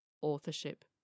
authorship